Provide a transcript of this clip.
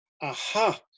aha